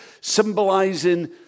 symbolizing